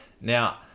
Now